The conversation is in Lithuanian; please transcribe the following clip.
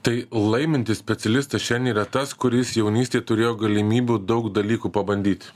tai laimintis specialistas šian yra tas kuris jaunystėj turėjo galimybių daug dalykų pabandyti